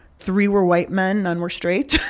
three were white men. none were straight.